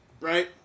right